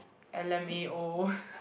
l_m_a_o